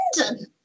London